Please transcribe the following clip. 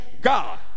God